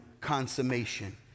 consummation